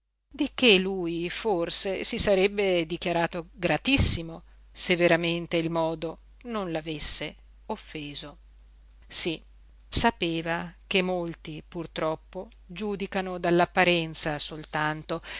che lui forse si sarebbe dichiarato gratissimo se veramente il modo non lo avesse offeso sí sapeva che molti purtroppo giudicano dall'apparenza soltanto